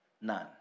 None